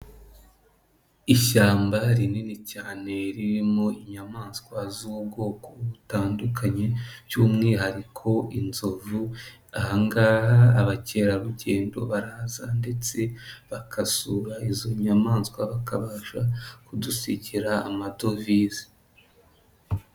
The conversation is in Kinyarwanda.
Ishyamba rinini cyane ririmo inyamaswa z'ubwoko butandukanye by'umwihariko inzovu, ahangaga abakerarugendo baraza ndetse bagasura izo nyamaswa bakabasha kudusikera amadovize.